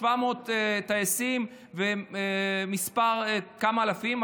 700 טייסים וכמה אלפים,